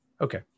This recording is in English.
Okay